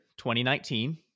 2019